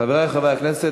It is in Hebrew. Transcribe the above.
חברי חברי הכנסת,